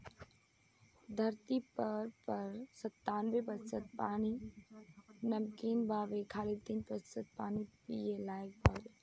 धरती पर पर संतानबे प्रतिशत पानी नमकीन बावे खाली तीन प्रतिशत पानी ही पिए लायक बावे